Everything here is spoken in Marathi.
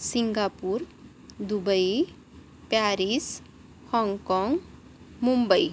सिंगापूर दुबई प्यारीस हाँगकाँग मुंबई